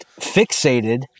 fixated